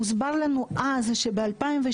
הוסבר לנו אז שב-2016,